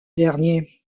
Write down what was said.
derniers